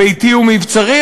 "ביתי הוא מבצרי"?